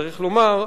צריך לומר,